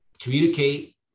communicate